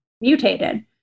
mutated